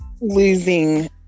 losing